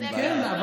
כן,